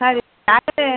ಸರಿ